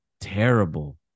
terrible